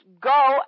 go